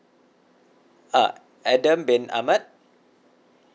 uh adam bin ahmad